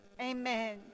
Amen